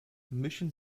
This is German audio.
mischen